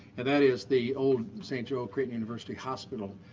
and that is the old st. joe creighton university hospital.